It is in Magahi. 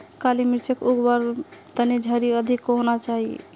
काली मिर्चक उग वार तने झड़ी अधिक होना चाहिए